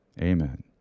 Amen